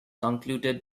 concluded